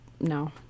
no